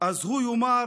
אז הוא יאמר: